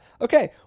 Okay